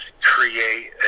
create